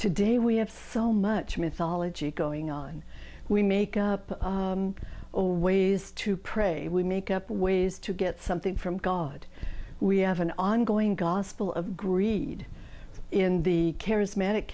today we have so much mythology going on we make up always to pray we make up ways to get something from god we have an ongoing gospel of greed in the charismatic